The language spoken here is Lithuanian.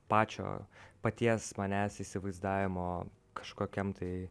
pačio paties manęs įsivaizdavimo kažkokiam tai